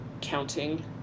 counting